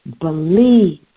believe